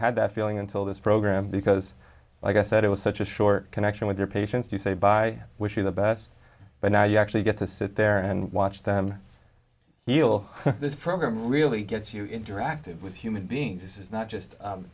had that feeling until this program because like i said it was such a short connection with your patients you say by wish you the best but now you actually get to sit there and watch them heal this program really gets you interactive with human beings this is not just